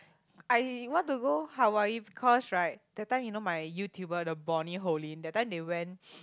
I want to go Hawaii because right the time you know my YouTuber the Bonnie Hoellein that time they went